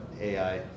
AI